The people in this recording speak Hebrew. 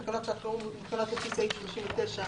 תקנות שעת חירום הותקנו לפי סעיף 39 לחוק יסוד: הממשלה.